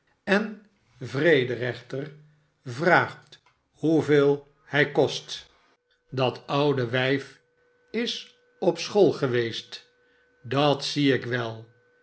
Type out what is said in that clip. en vrederechter vraagt hoeveel hij kost datoude w barnaby rudge wijf is op school geweest dat zie ik wel